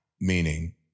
Meaning